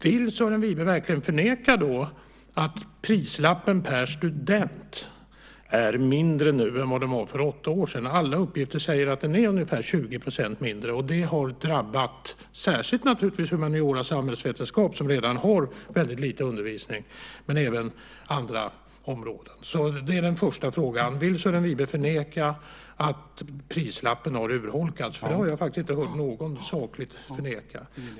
Vill Sören Wibe verkligen förneka att prislappen per student är mindre nu än vad den var för åtta år sedan? Alla uppgifter säger att den är ungefär 20 % mindre, och det har drabbat särskilt naturligtvis humaniora och samhällsvetenskap, som redan har väldigt lite undervisning, men även andra områden. Det är alltså den första frågan: Vill Sören Wibe förneka att prislappen har urholkats? Det har jag faktiskt inte hört någon sakligt förneka.